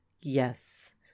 Yes